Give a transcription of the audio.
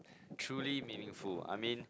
truly meaningful I mean